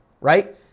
right